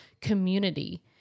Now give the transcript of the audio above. community